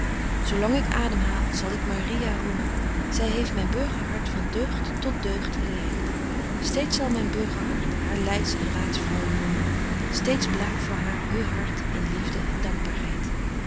zo lang ik adem haal zal ik maria roemen zy heeft myn burgerhart van deugd tot deugd geleit steeds zal myn burgerhart haar leids en raadsvrouw noemen steeds blaakt voor haar heur hart in liefde en dankbaarheid